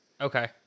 Okay